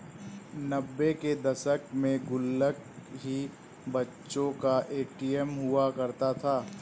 नब्बे के दशक में गुल्लक ही बच्चों का ए.टी.एम हुआ करता था